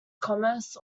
commerce